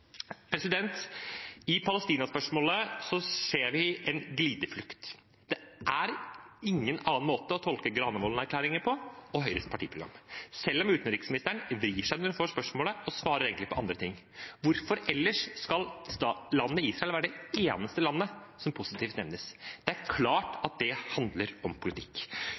ser vi en glideflukt. Det er ingen annen måte å tolke Granavolden-erklæringen og Høyres partiprogram på, selv om utenriksministeren vrir seg når hun får spørsmålet, og egentlig svarer på andre ting. Hvorfor skal ellers landet Israel være det eneste landet som positivt nevnes? Det er klart at det handler om politikk.